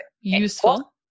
useful